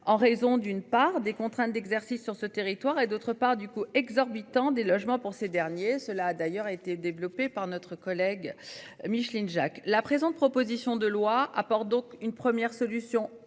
en raison d'une part des contraintes d'exercice sur ce territoire et d'autre part du coût exorbitant des logements pour ces derniers, cela a d'ailleurs été développée par notre collègue Micheline Jacques la présente, proposition de loi apporte donc une première solution